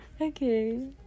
okay